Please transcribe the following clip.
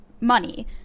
money